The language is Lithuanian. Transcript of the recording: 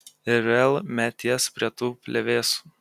ir vėl meties prie tų plevėsų